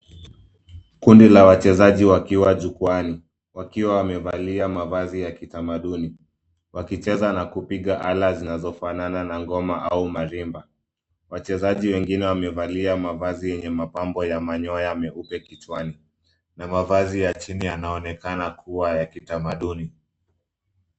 Kundi la wachezaji wakiwa jukwaani, wakiwa wamevalia mavazi ya kitamaduni. Wakicheza na kupiga ala zinazofanana na ngoma, au marimba. Wachezaji wengine wamevalia mavazi yenye mapambo ya manyoya meupe kichwani, na mavazi ya chini yanaonekana kuwa ya kitamaduni.